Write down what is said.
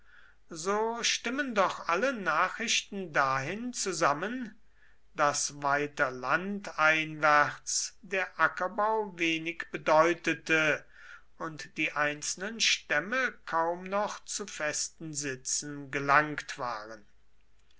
so stimmen doch alle nachrichten dahin zusammen daß weiter landeinwärts der ackerbau wenig bedeutete und die einzelnen stämme kaum noch zu festen sitzen gelangt waren